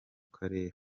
karere